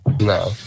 No